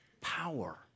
power